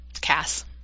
Cass